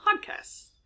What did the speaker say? Podcasts